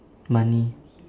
money